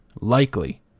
Likely